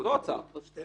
יש לי